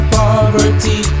poverty